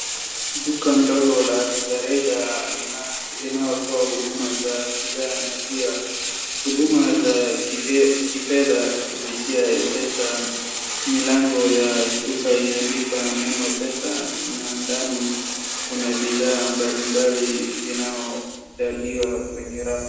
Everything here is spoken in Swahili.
Duka ndogo la rejereja linatoa huduma za bidhaa na pia huduma za kifedha kupitia Mpesa. Milango Ya duka imeandikwa neno pesa na ndani kuna bidhaa mbalimbali zinaodaliwa kwenye rafu.